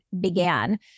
began